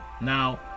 Now